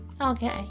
okay